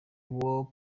war